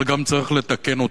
אבל צריך גם לתקן אותה.